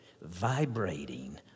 vibrating